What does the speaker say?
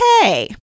okay